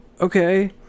Okay